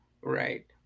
right